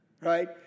Right